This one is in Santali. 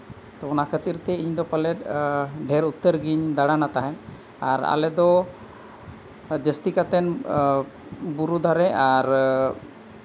ᱛᱳ ᱚᱱᱟ ᱠᱷᱟᱹᱛᱤᱨ ᱛᱮ ᱤᱧᱫᱚ ᱯᱟᱞᱮᱫ ᱰᱷᱮᱹᱨ ᱩᱛᱟᱹᱨ ᱜᱤᱧ ᱫᱟᱬᱟᱱᱟ ᱛᱟᱦᱮᱸᱫ ᱟᱨ ᱟᱞᱮ ᱫᱚ ᱡᱟᱹᱥᱛᱤ ᱠᱟᱛᱮ ᱵᱩᱨᱩ ᱫᱷᱟᱨᱮ ᱟᱨ